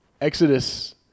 Exodus